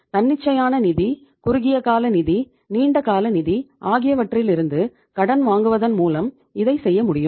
தன்னிச்சையான நிதி குறுகிய கால நிதி நீண்ட கால நிதி ஆகியவற்றிலிருந்து கடன் வாங்குவதன் மூலம் இதைச் செய்ய முடியும்